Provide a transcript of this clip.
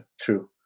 true